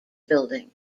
building